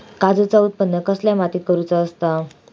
काजूचा उत्त्पन कसल्या मातीत करुचा असता?